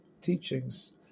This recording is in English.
teachings